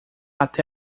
até